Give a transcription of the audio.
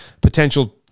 potential